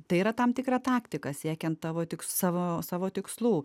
tai yra tam tikra taktika siekiant tavo tik savo savo tikslų